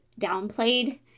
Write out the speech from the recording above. downplayed